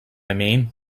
mean